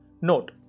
Note